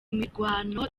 mirwano